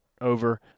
over